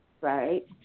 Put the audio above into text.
Right